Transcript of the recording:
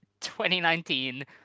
2019